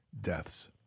deaths